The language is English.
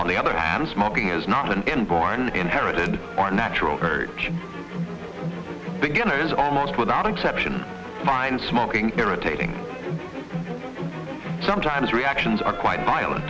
on the other hand smoking is not an inborn inherited or natural urge beginners almost without exception find smoking irritating sometimes reactions are quite violent